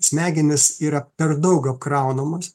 smegenys yra per daug apkraunamos